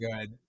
good